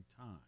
time